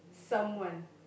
someone